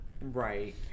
Right